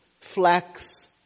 flax